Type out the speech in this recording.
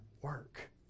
work